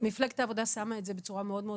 מפלגת העבודה שמה את זה בצורה מאוד מאוד